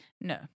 No